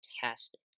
fantastic